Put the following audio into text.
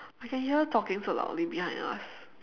I can hear her talking so loudly behind us